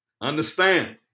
Understand